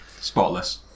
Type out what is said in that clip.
Spotless